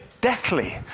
deathly